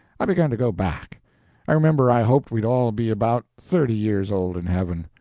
i begun to go back i remember i hoped we'd all be about thirty years old in heaven.